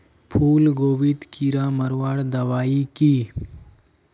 फूलगोभीत कीड़ा मारवार दबाई की?